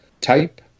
type